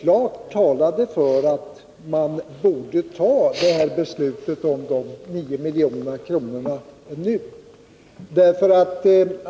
klart talade för att man borde besluta om dessa 9 milj.kr. nu.